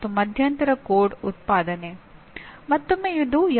ಇವುಗಳು ಆ 4 ಹಂತಗಳಾಗಿವೆ